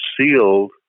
sealed